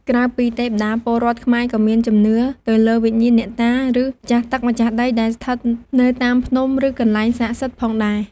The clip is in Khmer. ក្រៅពីទេវតា ពលរដ្ឋខ្មែរក៏មានជំនឿទៅលើវិញ្ញាណអ្នកតា ឬម្ចាស់ទឹកម្ចាស់ដីដែលស្ថិតនៅតាមភ្នំឬកន្លែងស័ក្តិសិទ្ធិផងដែរ។